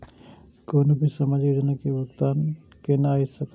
कोनो भी सामाजिक योजना के भुगतान केना कई सकब?